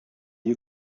you